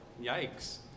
yikes